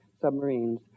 submarines